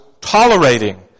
tolerating